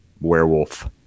werewolf